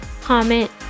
comment